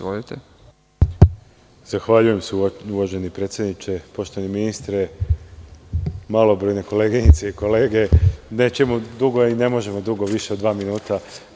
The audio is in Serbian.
Zahvaljujem se uvaženi predsedniče, poštovani ministre, malobrojne koleginice i kolege, nećemo dugo, a i ne možemo dugo, više od dva minuta.